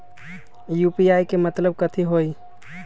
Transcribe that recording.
UPI के मतलब कथी होई?